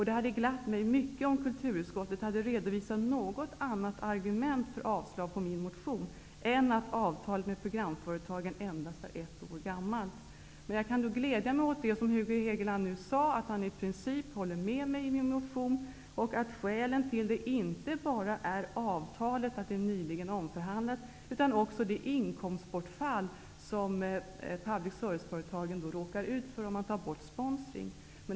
Det hade glatt mig mycket om kulturutskottet hade redovisat något annat argument för att avstyrka min motion än att avtalet med programföretagen endast är ett år gammalt. Jag kan dock glädja mig åt det som Hugo Hegeland nyss sade, att han i princip håller med om det som jag säger i min motion men att skälen till avstyrkandet inte bara är att avtalet nyligen omförhandlats utan också det inkomstbortfall som public service-företagen drabbas av, om man tar bort sponsring.